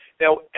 now